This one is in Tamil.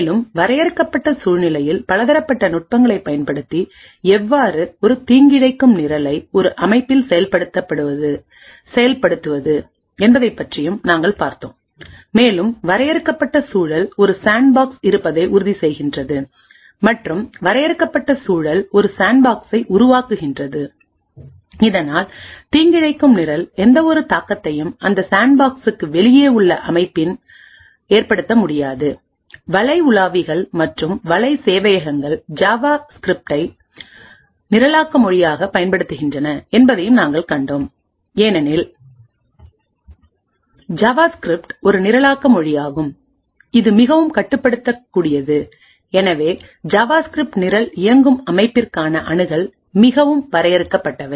மேலும் வரையறுக்கப்பட்ட சூழ்நிலையில் பலதரப்பட்ட நுட்பங்களைப் பயன்படுத்தி எவ்வாறு ஒரு தீங்கிழைக்கும் நிரலை ஒரு அமைப்பில் செயல்படுத்துவது என்பதைப்பற்றி நாங்கள் பார்த்துள்ளோம் மேலும் வரையறுக்கப்பட்ட சூழல் ஒரு சாண்ட்பாக்ஸ் இருப்பதை உறுதிசெய்கிறது மற்றும் வரையறுக்கப்பட்ட சூழல் ஒரு சாண்ட்பாக்ஸை உருவாக்குகிறது இதனால் தீங்கிழைக்கும் நிரல் எந்தவொரு தாக்கத்தையும் அந்த சாண்ட்பாக்ஸுக்கு வெளியே உள்ள அமைப்பின் ஏற்படுத்த முடியாது வலை உலாவிகள் மற்றும் வலை சேவையகங்கள் ஜாவாஸ்கிரிப்டை நிரலாக்க மொழியாகப் பயன்படுத்துகின்றன என்பதையும் நாங்கள் கண்டோம் ஏனெனில் ஜாவாஸ்கிரிப்ட் ஒரு நிரலாக்க மொழியாகும் இது மிகவும் கட்டுப்படுத்தக்கூடியது எனவே ஜாவாஸ்கிரிப்ட் நிரல் இயக்கும் அமைப்பிற்கான அணுகல் மிகவும் வரையறுக்கப்பட்டவை